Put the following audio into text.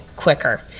quicker